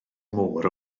môr